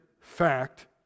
Fact